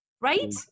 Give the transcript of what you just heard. Right